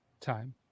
time